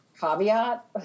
caveat